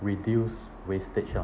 reduce wastage ah